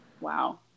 Wow